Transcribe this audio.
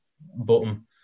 bottom